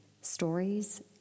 stories